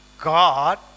God